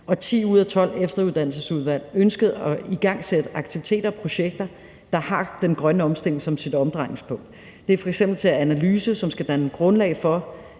og 10 ud af 12 efteruddannelsesudvalg ønskede at igangsætte aktiviteter og projekter, der har den grønne omstilling som sit omdrejningspunkt. Det er f.eks. til analyse, som skal danne grundlag for